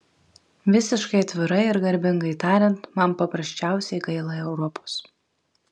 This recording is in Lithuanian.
visiškai atvirai ir garbingai tariant man paprasčiausiai gaila europos